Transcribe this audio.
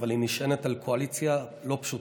אבל היא נשענת על קואליציה לא פשוטה.